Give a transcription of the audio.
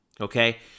Okay